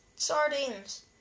Sardines